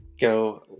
go